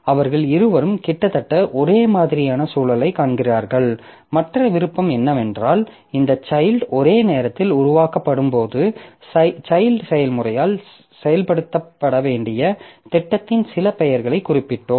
அவர்கள் இருவரும் கிட்டத்தட்ட ஒரே மாதிரியான சூழலைக் காண்கிறார்கள் மற்ற விருப்பம் என்னவென்றால் இந்த சைல்ட் ஒரே நேரத்தில் உருவாக்கப்படும்போது சைல்ட் செயல்முறையால் செயல்படுத்தப்பட வேண்டிய திட்டத்தின் சில பெயர்களைக் குறிப்பிட்டோம்